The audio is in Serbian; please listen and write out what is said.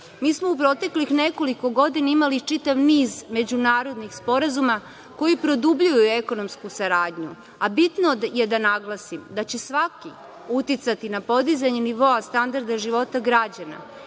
smo u proteklih nekoliko godina imali čitav niz međunarodnih sporazuma koji produbljuju ekonomsku saradnju. Bitno je da naglasim da će svaki uticati na podizanje nivoa standarda života građana